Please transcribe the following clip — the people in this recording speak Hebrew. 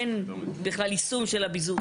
אין בכלל יישום של הביזור.